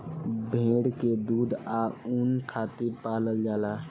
भेड़ के दूध आ ऊन खातिर पलाल जाला